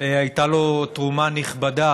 הייתה לו תרומה נכבדה